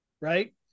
right